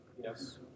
Yes